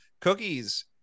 Cookies